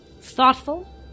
thoughtful